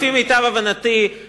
לפי מיטב הבנתי,